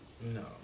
No